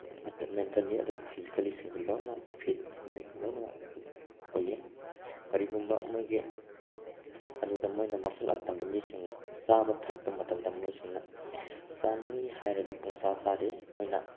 mentally ꯑꯗꯨꯒ ꯐꯤꯖꯤꯀꯦꯜꯂꯤꯁꯤꯡꯁꯤ ꯂꯣꯏꯅꯃꯛ ꯐꯤꯠ ꯂꯣꯏꯅꯃꯛ ꯑꯣꯏ ꯀꯔꯤꯒꯨꯝꯕ ꯃꯣꯏꯒꯤ ꯑꯗꯨꯒ ꯃꯣꯏꯅ ꯃꯥꯔꯁꯦꯜ ꯑꯥꯔꯠ ꯇꯝꯕ ꯃꯤꯁꯤꯡ ꯆꯥꯕ ꯊꯛꯄ ꯃꯇꯝꯗ ꯃꯣꯏꯁꯤꯡꯅ ꯆꯥꯅꯤꯡꯏ ꯍꯥꯏꯔꯒ ꯄꯨꯡꯆꯥ ꯆꯥꯗꯦ ꯃꯣꯏꯅ